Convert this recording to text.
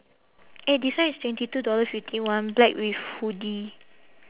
eh this one is twenty two dollars fifty one black with hoodie